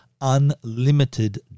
unlimited